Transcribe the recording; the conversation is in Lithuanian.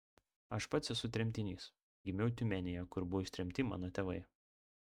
aš pats esu tremtinys gimiau tiumenėje kur buvo ištremti mano tėvai